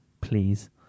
please